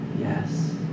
Yes